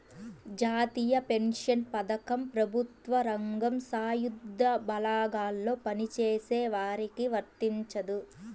జాతీయ పెన్షన్ పథకం ప్రభుత్వ రంగం, సాయుధ బలగాల్లో పనిచేసే వారికి వర్తించదు